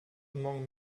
among